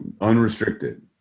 unrestricted